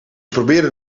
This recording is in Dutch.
probeerde